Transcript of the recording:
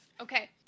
Okay